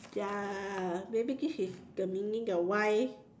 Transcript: ya maybe this is the meaning the why